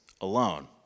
alone